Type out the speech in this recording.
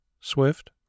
Swift